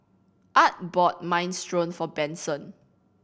Art bought Minestrone for Benson